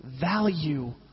value